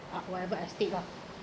whatever estate lah